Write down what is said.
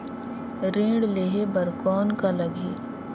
ऋण लेहे बर कौन का लगही?